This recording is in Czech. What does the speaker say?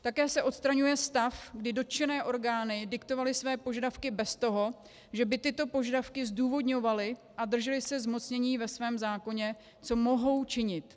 Také se odstraňuje stav, kdy dotčené orgány diktovaly své požadavky bez toho, že by tyto požadavky zdůvodňovaly a držely se zmocnění ve svém zákoně, co mohou činit.